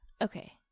Okay